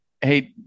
Hey